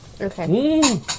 Okay